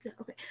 Okay